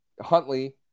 Huntley